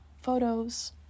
photos